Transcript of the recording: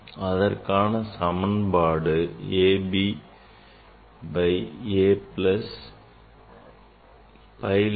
அதற்கான சமன்பாடு a b by a plus b pi lambda